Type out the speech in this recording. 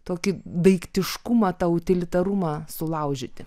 tokį daiktiškumą tą utilitarumą sulaužyti